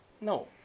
No